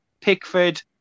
Pickford